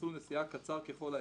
מסלול נסיעה קצר ככל האפשר"